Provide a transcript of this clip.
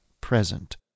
present